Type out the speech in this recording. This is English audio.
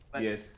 Yes